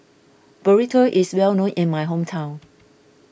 Burrito is well known in my hometown